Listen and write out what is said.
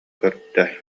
көрдө